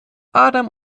adam